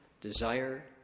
desire